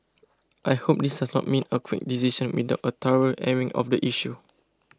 I hope this does not mean a quick decision without a thorough airing of the issue